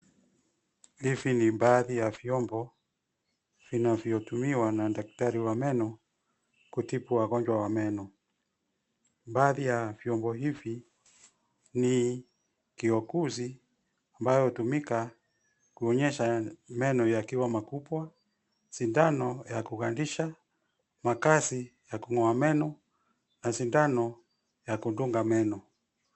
Hivi ni baadhi ya vyombo vinavyotumiwa na daktari wa meno kutibu wagonjwa wa meno. Baadhi ya vyombo hivi ni kiokuzi ambayo hutumika kuonyesha meno yakiwa makubwa, sindano ya kugandisha, makasi ya kung'oa meno na sindano ya kundunga meno.